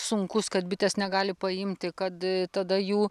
sunkus kad bitės negali paimti kad tada jų